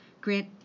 Grant